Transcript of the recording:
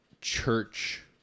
church